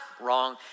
Wrong